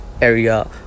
area